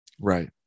Right